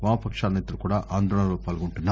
వామపక్షాల నేతలు కూడా ఆందోళనలో పాల్గొంటున్నారు